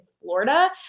Florida